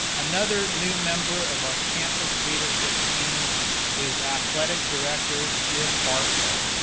another new member of our campus leadership team is athletic director, jim bartko,